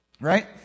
right